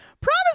Promise